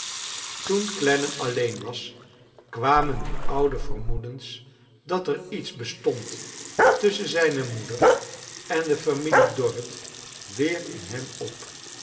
toen clennam alleen was kwamen die oude vermoedens dat er iets bestond tusschen zijne moeder en de familie dorrit weer in hem op